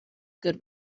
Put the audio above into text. good